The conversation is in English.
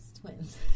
twins